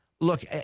look